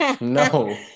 no